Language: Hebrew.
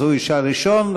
אז הוא ישאל ראשון.